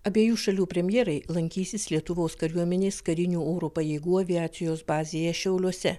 abiejų šalių premjerai lankysis lietuvos kariuomenės karinių oro pajėgų aviacijos bazėje šiauliuose